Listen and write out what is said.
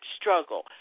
struggle